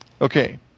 Okay